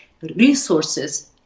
Resources